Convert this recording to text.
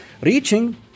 reaching